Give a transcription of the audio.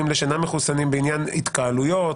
לבין מי שאינם מחוסנים בעניין התקהלויות,